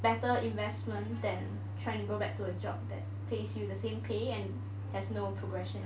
better investment than trying to go back to a job that pays you the same pay and has no progression